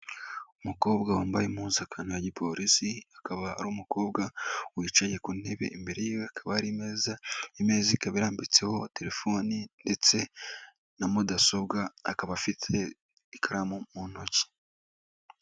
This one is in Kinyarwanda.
Umukobwa wambaye impuzunkano ya Gipolisi akaba ari umukobwa wicaye ku ntebe, imbere yiwe hakaba hari imeza, imeza ikaba irambitseho telefoni ndetse na mudasobwa akaba afite ikaramu mu ntoki.